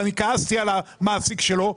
ואני כעסתי על המעסיק שלו,